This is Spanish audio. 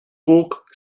cook